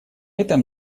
этом